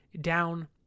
down